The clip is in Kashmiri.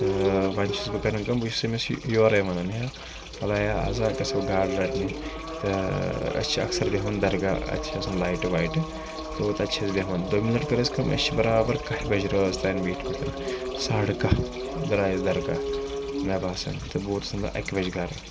تہٕ وَنۍ چھُس بہٕ کَران کٲم بہٕ چھُس أمِس یورَے وَنان ہا وَلا ہا آزہا گژھو گاڈٕ رَٹنہِ تہٕ اَسہِ چھِ اَکثَر بہیٚوان درگاہ اَتہِ چھِ آسان لایٹہٕ وایٹہٕ تو تَتہِ چھِ أسۍ بیٚہوان دوٚیِم لَٹہِ کٔر اَسہِ کٲم اَسہِ چھِ بَرابَر کاہِ بَجہِ رٲژ تانۍ بیٖٹھمِتۍ ساڑٕ کاہ درٛیہِ أسۍ دَرگاہ مےٚ باسان تہٕ بہٕ ووٚتُس تَمہِ دۄہ اَکہِ بَجہِ گَرٕ